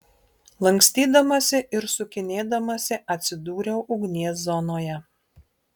lankstydamasi ir sukinėdamasi atsidūriau ugnies zonoje